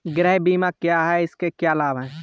गृह बीमा क्या है इसके क्या लाभ हैं?